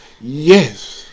Yes